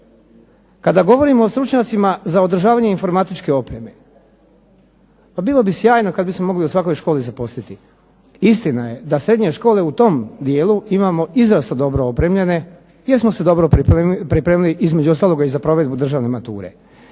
Kada govorimo o stručnjacima za održavanje informatičke opreme, pa bilo bi sjajno kad bismo mogli u svakoj školi zaposliti. Istina je da srednje škole u tom dijelu imamo izrazito dobro opremljene, jer smo se dobro pripremili između ostalog i za provedbu državne mature.